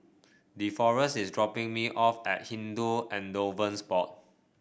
Deforest is dropping me off at Hindu Endowments Board